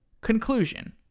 Conclusion